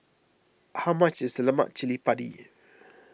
how much is Lemak Cili Padi